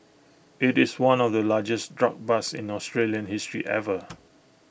IT is one of the largest drug busts in Australian history ever